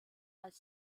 als